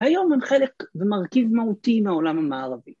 היום הם חלק ומרכיב מהותי מעולם המערבי.